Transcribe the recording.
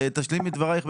מיכל, תשלימי את דבריך.